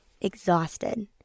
exhausted